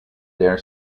their